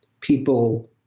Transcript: people